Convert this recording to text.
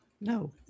no